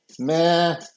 Meh